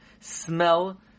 smell